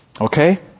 Okay